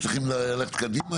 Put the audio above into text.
צריך ללכת קדימה,